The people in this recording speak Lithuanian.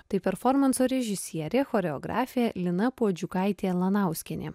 tai performanso režisierė choreografė lina puodžiukaitė lanauskienė